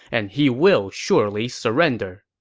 and he will surely surrender.